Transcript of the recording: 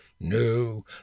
No